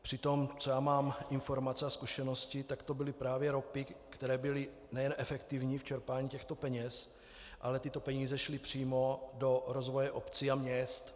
Přitom, co mám informace a zkušenosti, to byly právě ROPy, které byly nejen efektivní v čerpání těchto peněz, ale tyto peníze šly přímo do rozvoje obcí a měst.